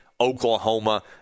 Oklahoma